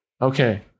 Okay